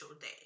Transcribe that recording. day